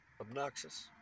obnoxious